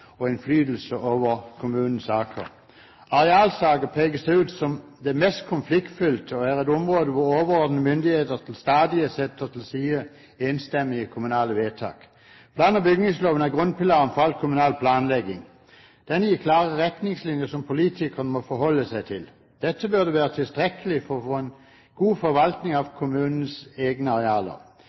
og innflytelse over kommunens saker. Arealsaker peker seg ut som det mest konfliktfylte og er et område hvor overordnede myndigheter til stadighet setter til side enstemmige kommunale vedtak. Plan- og bygningsloven er grunnpilaren for all kommunal planlegging. Den gir klare retningslinjer som politikerne må forholde seg til. Dette burde være tilstrekkelig for å få en god forvaltning av kommunenes egne arealer.